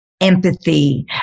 empathy